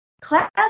Class